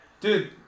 Dude